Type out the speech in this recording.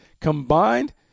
combined